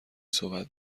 صحبت